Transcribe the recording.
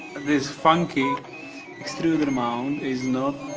this funky extruder but mount is not